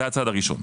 זה בצעד הראשון.